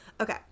okay